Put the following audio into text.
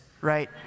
right